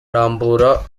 rambura